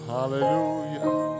Hallelujah